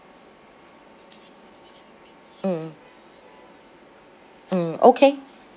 mm mm okay